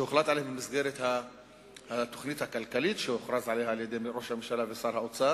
שהוחלט עליהם במסגרת התוכנית הכלכלית שראש הממשלה ושר האוצר